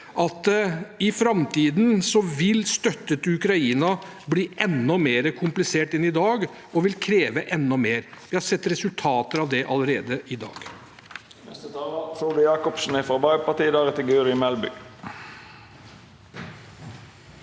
at i framtiden vil støtten til Ukraina bli enda mer komplisert enn i dag og kreve enda mer. Vi har sett resultater av det allerede i dag.